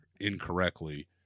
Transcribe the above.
incorrectly